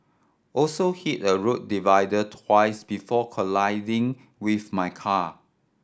also hit a road divider twice before colliding with my car